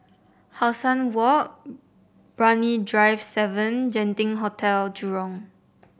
How Sun Walk Brani Drive seven Genting Hotel Jurong